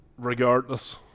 Regardless